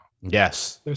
Yes